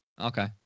Okay